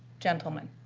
gentlemen,